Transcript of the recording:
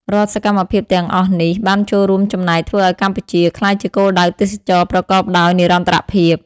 រាល់សកម្មភាពទាំងអស់នេះបានចូលរួមចំណែកធ្វើឱ្យកម្ពុជាក្លាយជាគោលដៅទេសចរណ៍ប្រកបដោយនិរន្តរភាព។